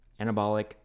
anabolic